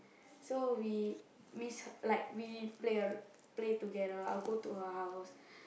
so we miss like we play together I will go to her house